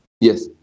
Yes